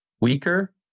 weaker